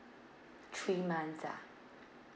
three months lah